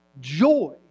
joy